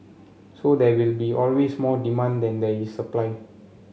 so there will be always more demand than there is supply